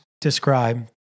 describe